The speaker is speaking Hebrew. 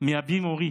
מאבי מורי